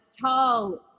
tall